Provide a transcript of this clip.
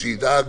שידאג